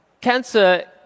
Cancer